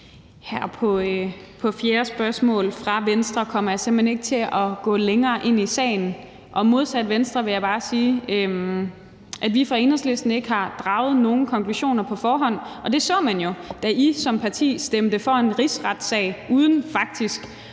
Her i det fjerde spørgsmål fra Venstre kommer jeg simpelt hen ikke til at gå længere ind i sagen. Modsat Venstre vil jeg bare sige, at vi i Enhedslisten ikke har draget nogen konklusion på forhånd. Det førstnævnte så man jo, da I som parti stemte for en rigsretssag uden faktisk